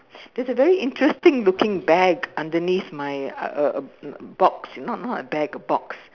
there's a very interesting looking bag underneath my uh uh box you know not a bag a box